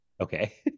Okay